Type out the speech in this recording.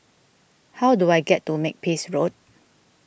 how do I get to Makepeace Road